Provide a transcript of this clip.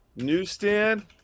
Newsstand